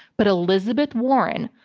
but elizabeth warren,